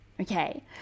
Okay